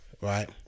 right